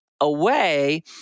away